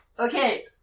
Okay